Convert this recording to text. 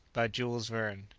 by jules verne.